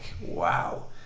wow